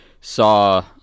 saw